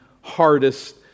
hardest